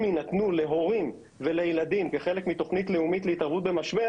אם יינתנו להורים ולילדים כחלק מתוכנית לאומית להתערבות במשבר,